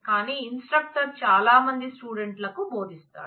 కాని ఇన్స్ట్రక్టర్ చాలా మంది స్టూడెంట్లకు భోదిస్తాడు